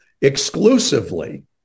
exclusively